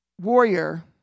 warrior